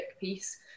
piece